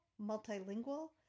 multilingual